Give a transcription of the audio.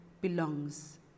belongs